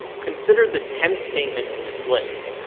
consider the tenth statement in this list.